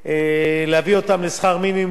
ולהביא אותם לשכר מינימום,